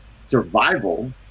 Survival